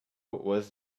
was